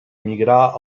migrar